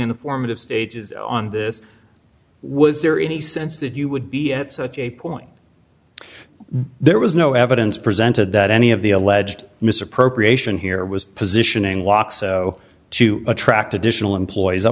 the formative stages on this was there any sense that you would be at such a point there was no evidence presented that any of the alleged misappropriation here was positioning lock so to attract additional employees i